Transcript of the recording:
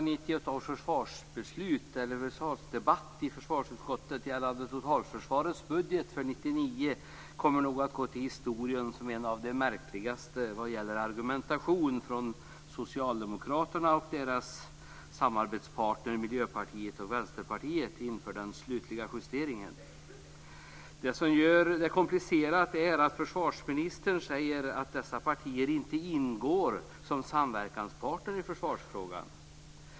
1998 års försvarsdebatt i försvarsutskottet gällande totalförsvarets budget för 1999 kommer nog att gå till historien som en av de märkligaste vad gäller argumentationen från socialdemokraterna och deras samarbetsparter Miljöpartiet och Det som gör det komplicerat är att försvarsministern säger att dessa partier inte ingår som samverkansparter i försvarsfrågan.